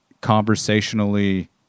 conversationally